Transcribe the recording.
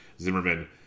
Zimmerman